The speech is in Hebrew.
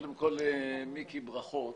קודם כל, מיקי, ברכות.